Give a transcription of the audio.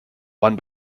one